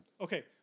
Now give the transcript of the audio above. Okay